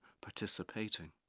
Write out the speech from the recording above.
participating